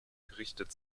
gerichtet